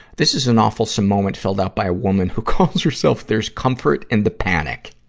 this is an awfulsome moment filled out by a woman who calls herself there's comfort in the panic.